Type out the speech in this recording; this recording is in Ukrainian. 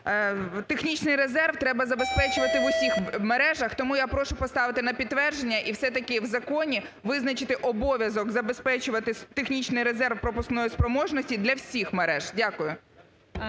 технічний резерв треба забезпечувати в усіх мережах. Тому я прошу поставити на підтвердження і все-таки в законі визначити обов'язок забезпечувати технічний резерв пропускної спроможності для всіх мереж. Дякую.